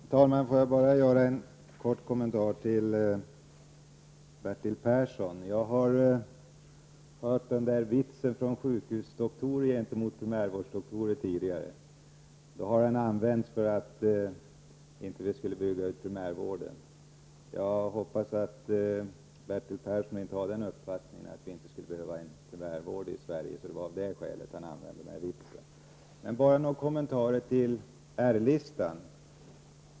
Herr talman! Låt mig bara göra en kort kommentar till Bertil Perssons inlägg. Jag har hört den där vitsen från sjukhusdoktorer gentemot primärvårdsdoktorer tidigare. Då har den använts som argument för att inte bygga ut primärvården. Jag hoppas att Bertil Persson inte har den uppfattningen att vi inte skulle behöva en primärvård, så att det var av det skälet han använde ordleken. Bara några ord om R-listan.